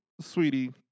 sweetie